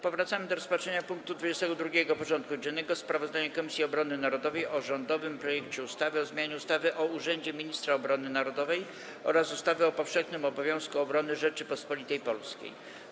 Powracamy do rozpatrzenia punktu 22. porządku dziennego: Sprawozdanie Komisji Obrony Narodowej o rządowym projekcie ustawy o zmianie ustawy o urzędzie Ministra Obrony Narodowej oraz ustawy o powszechnym obowiązku obrony Rzeczypospolitej Polskiej.